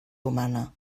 humana